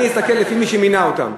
אני אסתכל לפי מי שמינה אותם.